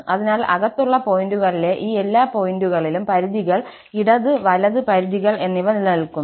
അതിനാൽ അകത്തുള്ള പോയിന്റുകളിലെ ഈ എല്ലാ പോയിന്റുകളിലും പരിധികൾ ഇടത് കൈ വലത് കൈ പരിധികൾ എന്നിവ നിലനിൽക്കുന്നു